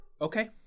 Okay